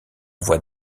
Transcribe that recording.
voie